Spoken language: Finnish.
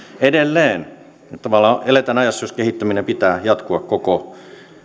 edelleen tavallaan eletään ajassa jossa kehittämisen pitää jatkua koko